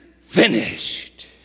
finished